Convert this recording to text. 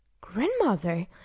Grandmother